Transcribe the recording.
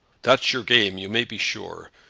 that's your game, you may be sure.